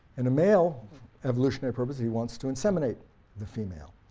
and a male's evolutionary purpose is he wants to inseminate the female,